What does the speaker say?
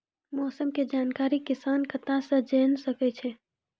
मौसम के जानकारी किसान कता सं जेन सके छै?